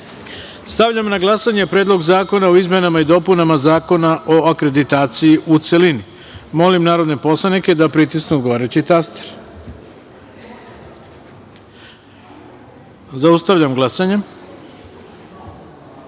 celini. Stavljam na glasanje Predlog zakona o izmenama i dopunama Zakona o akreditaciji, u celini. Molim narodne poslanike da pritisnu odgovarajući taster. Zaključujem glasanje